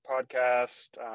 podcast